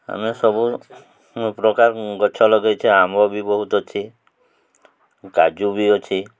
ଆମେ ସବୁ ପ୍ରକାର ଗଛ ଲଗାଇଛେ ଆମ୍ବ ବି ବହୁତ ଅଛି କାଜୁ ବି ଅଛି